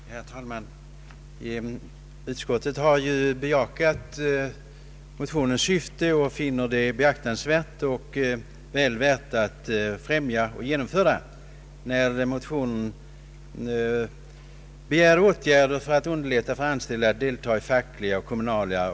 Herr talman! Utskottet har ju bejakat motionens syfte — att underlätta för anställda att delta i fackligt, kommunalt och politiskt arbete — och finner motionärernas förslag väl värt att genomföra.